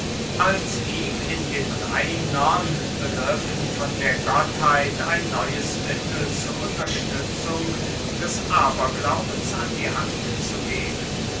als ihm in den reinern begriffen von der gottheit in neues mittel zu unterstützung des aberglaubens an die hand zu geben